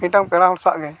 ᱢᱤᱫᱴᱟᱝ ᱯᱮᱲᱟᱦᱚᱲ ᱥᱟᱶᱜᱮ